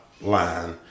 line